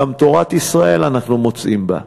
גם בתורת ישראל אנחנו מוצאים זאת.